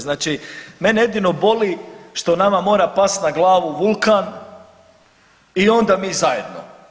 Znači, mene jedino boli što nama mora pasti na glavu vulkan i onda mi zajedno.